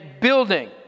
building